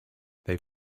they